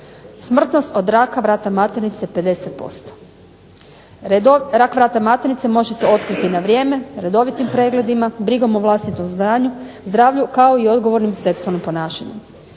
Smrtnost od raka vrata maternice je 50%. Rak vrata maternice može se otkriti na vrijeme redovitim pregledima, brigom o vlastitom zdravlju, kao i odgovornim seksualnim ponašanjem.